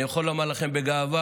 ואני יכול לומר לכם בגאווה,